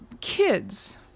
kids